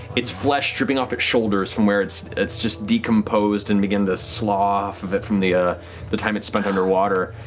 its flesh dripping off its shoulders from where it's just decomposed and begun to slough off of it from the ah the time it spent underwater.